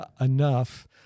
enough